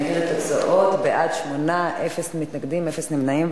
התוצאות: בעד, 8, אפס מתנגדים ואפס נמנעים.